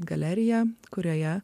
galeriją kurioje